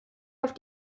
auf